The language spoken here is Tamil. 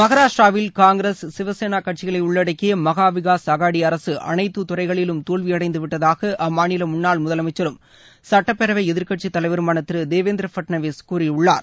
மகாராஷ்டிராவில் காங்கிரஸ் சிவசேனா கட்சிகளை உள்ளடக்கிய மகாவிகாஸ் அகாடி அரசு அனைத்து துறைகளிலும் தோல்வியடைந்து விட்டதாக அம்மாநில முன்னாள் முதலமைச்சரும் சட்டப்பேரவை எதிர்க்கட்சி தலைவருமான திரு தேவந்திர ஃபட்னாவிஸ் கூறியுள்ளார்